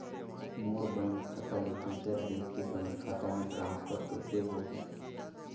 मोर bank खाता ले दुसर देश के बैंक खाता मे ट्रांसफर कइसे होही?